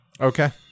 okay